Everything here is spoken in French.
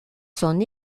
son